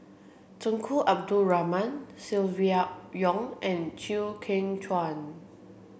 Tunku Abdul Rahman Silvia Yong and Chew Kheng Chuan